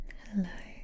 hello